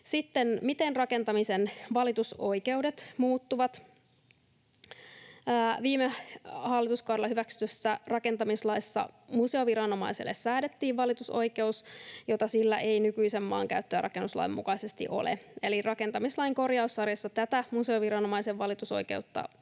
että miten rakentamisen valitusoikeudet muuttuvat. Viime hallituskaudella hyväksytyssä rakentamislaissa museoviranomaiselle säädettiin valitusoikeus, jota sillä ei nykyisen maankäyttö- ja rakennuslain mukaisesti ole. Eli rakentamislain korjaussarjassa tätä museoviranomaisen valitusoikeutta,